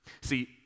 See